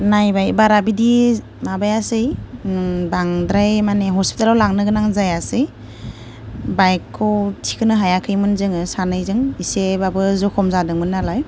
नायबाय बारा बिदि माबायासै बांद्राय माने हस्पिटालाव लांनो गोनां जायासै बाइकखौ थिखांनो हायाखैमोन जोङो सानैजों इसेबाबो जखम जादोंमोन नालाय